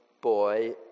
boy